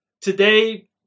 Today